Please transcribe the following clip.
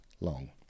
long